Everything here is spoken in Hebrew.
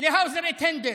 להאוזר את הנדל.